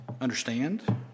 understand